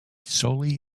solely